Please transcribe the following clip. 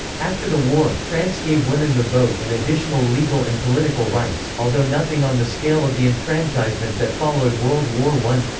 after the war, france gave women the vote and additional legal and political rights, although nothing on the scale of the enfranchisement that followed world war i.